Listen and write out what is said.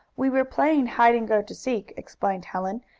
we were playing hide-and-go-to-seek, explained helen,